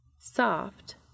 Soft